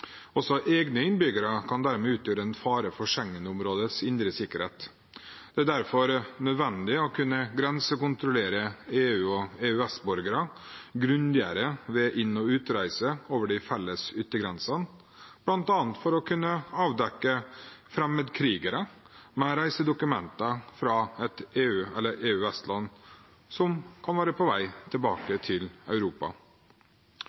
Også egne innbyggere kan dermed utgjøre en fare for Schengen-områdets indre sikkerhet. Det er derfor nødvendig å kunne grensekontrollere EU- og EØS-borgere grundigere ved inn- og utreise over de felles yttergrensene, bl.a. for å kunne avdekke fremmedkrigere, med reisedokumenter fra et EU- eller EØS-land, som kan være på vei